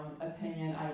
opinion